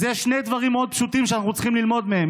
אז יש שני דברים מאוד פשוטים שאנחנו צריכים ללמוד מהם,